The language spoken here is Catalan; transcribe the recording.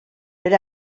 per